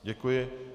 Děkuji.